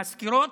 הסקירות,